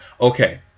okay